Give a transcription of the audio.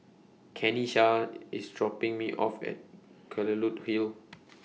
Kenisha IS dropping Me off At Kelulut Hill